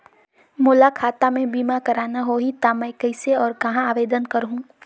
मोला खाता मे बीमा करना होहि ता मैं कइसे और कहां आवेदन करहूं?